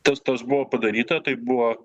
tas tas buvo padaryta tai buvo